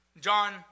John